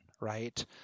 right